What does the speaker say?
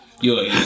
Yo